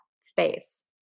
space